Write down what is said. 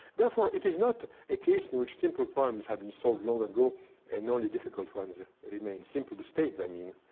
therefore, it is not a case in which simple problems have been solved long ago and the only difficult ones remain. simple to state, i mean.